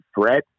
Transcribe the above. threat